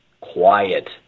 quiet